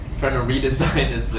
trying to redesign this